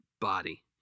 body